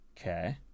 okay